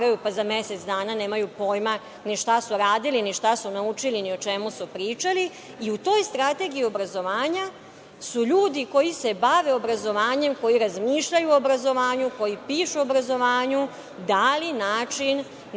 pa za mesec dana nemaju pojma ni šta su radili, ni šta su naučili, ni o čemu su pričali. I u toj Strategiji obrazovanja, su ljudi koji se bave obrazovanjem, koji razmišljaju o obrazovanju, koji pišu o obrazovanju, dali način